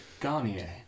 Garnier